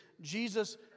Jesus